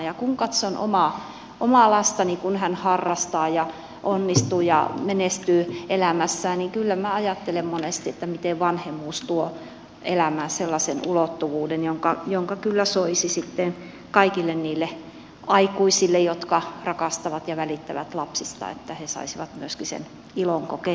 ja kun katson omaa lastani kun hän harrastaa ja onnistuu ja menestyy elämässään niin kyllä minä ajattelen monesti miten vanhemmuus tuo elämään sellaisen ulottuvuuden jonka kyllä soisi kaikille niille aikuisille jotka rakastavat ja välittävät lapsistaan että he saisivat myöskin sen ilon kokea